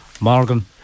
Morgan